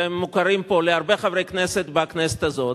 שהן מוכרות להרבה חברי כנסת פה בכנסת הזאת,